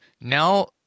Now